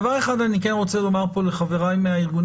דבר אחד אני כן רוצה להגיד לחבריי מהארגונים